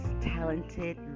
talented